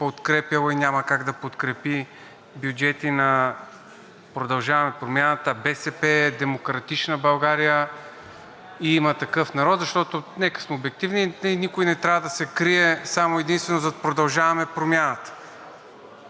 подкрепял и няма как да подкрепи бюджети на „Продължаваме Промяната“, БСП, „Демократична България“ и „Има такъв народ“. Защото, нека сме обективни, никой не трябва да се крие само и единствено зад „Продължаваме Промяната“.